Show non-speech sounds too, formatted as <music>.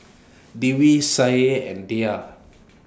<noise> Dwi Syah and Dhia